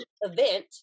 event